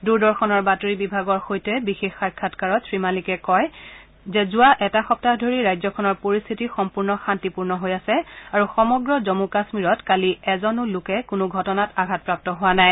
দূৰদৰ্শনৰ বাতৰি বিভাগৰ সৈতে বিশেষ সাক্ষাৎকাৰত শ্ৰীমালিকে কয় যে যোৱা এটা সপ্তাহ ধৰি ৰাজ্যখনৰ পৰিস্থিতি সম্পূৰ্ণ শান্তিপূৰ্ণ হৈ আছে আৰু সমগ্ৰ জম্মু কাশ্মীৰত কালি এজন লোকো কোনো ঘটনাত আঘাতপ্ৰাপ্ত হোৱা নাই